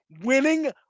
winning